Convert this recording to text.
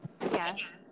Yes